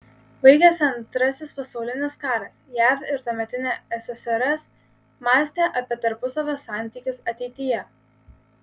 baigėsi antrasis pasaulinis karas jav ir tuometinė ssrs mąstė apie tarpusavio santykius ateityje